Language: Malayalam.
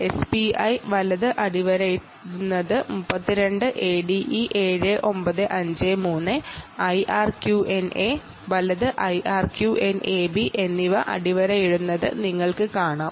SPI write 32 ADE7953 IRQNA write IRQNAB എന്നിവ നിങ്ങൾക്ക് കാണാം